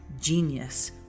Genius